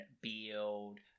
build